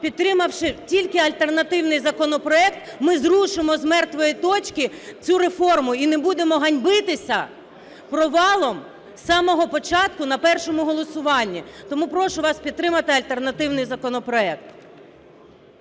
підтримавши тільки альтернативний законопроект ми зрушимо з мертвої точки цю реформу і не будемо ганьбитися провалом з самого початку на першому голосуванні. Тому прошу вас підтримати альтернативний законопроект.